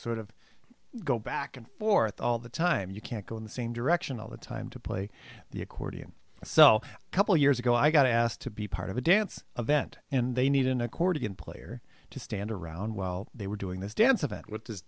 sort of go back and forth all the time you can't go in the same direction all the time to play the accordion so a couple of years ago i got asked to be part of a dance a vent and they needed an accordion player to stand around while they were doing this dance event w